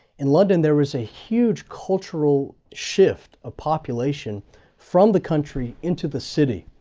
in london there was a huge cultural shift of population from the country into the city.